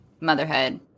motherhood